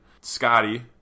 Scotty